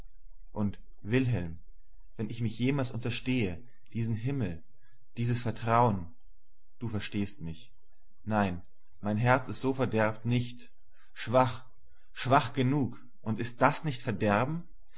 und wilhelm wenn ich mich jemals unterstehe diesen himmel dieses vertrauen du verstehst mich nein mein herz ist so verderbt nicht schwach schwach genug und ist das nicht verderben